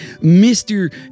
Mr